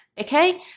okay